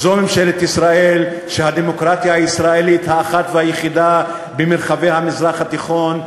זאת ממשלת ישראל שהדמוקרטיה הישראלית האחת והיחידה במרחבי המזרח התיכון,